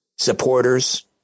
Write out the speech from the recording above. Supporters